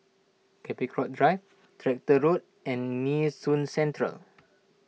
Capricorn Drive Tractor Road and Nee Soon Central